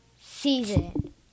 season